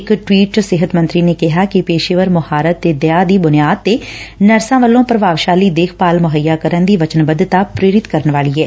ਇਕ ਟਵੀਟ ਚ ਸਿਹਤ ਮੰਤਰੀ ਨੇ ਕਿਹਾ ਕਿ ਪੇਸ਼ੇਵਰ ਮੁਹਾਰਤ ਤੇ ਦਇਆ ਦੀ ਬੁਨਿਆਦ ਤੇ ਨਰਸਾਂ ਵੱਲੋ ਪ੍ਰਭਾਵਸ਼ਾਲੀ ਦੇਖਭਾਲ ਮੁਹੱਈਆ ਕਰਨ ਦੀ ਵਚਨਬੱਧਤਾ ਪ੍ਰੇਰਿਤ ਕਰਨ ਵਾਲੀ ਐ